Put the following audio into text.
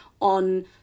on